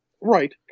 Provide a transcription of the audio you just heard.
Right